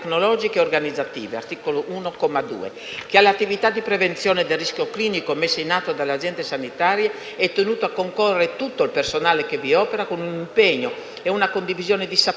tecnologiche e organizzative (articolo 1, comma 2); che alle attività di prevenzione del rischio clinico messe in atto dalle aziende sanitarie è tenuto a concorrere tutto il personale che vi opera con un impegno e una condivisione di saperi,